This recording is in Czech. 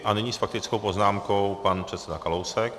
A nyní s faktickou poznámkou pan předseda Kalousek.